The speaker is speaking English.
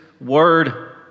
word